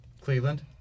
Cleveland